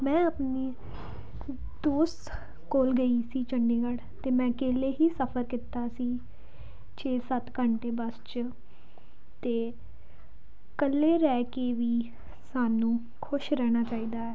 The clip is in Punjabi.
ਮੈਂ ਆਪਣੀ ਦੋਸਤ ਕੋਲ ਗਈ ਸੀ ਚੰਡੀਗੜ੍ਹ ਅਤੇ ਮੈਂ ਅਕੇਲੇ ਹੀ ਸਫਰ ਕੀਤਾ ਸੀ ਛੇ ਸੱਤ ਘੰਟੇ ਬੱਸ 'ਚ ਅਤੇ ਇਕੱਲੇ ਰਹਿ ਕੇ ਵੀ ਸਾਨੂੰ ਖੁਸ਼ ਰਹਿਣਾ ਚਾਹੀਦਾ